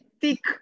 thick